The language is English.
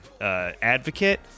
advocate